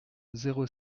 zéro